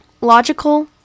logical